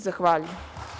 Zahvaljujem.